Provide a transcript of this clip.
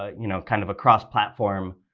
you know, kind of a cross-platform